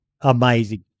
amazing